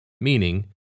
meaning